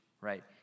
right